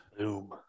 boom